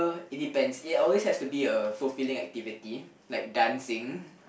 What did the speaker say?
it depends it always has to be a fulfilling activity like dancing